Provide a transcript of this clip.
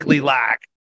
lack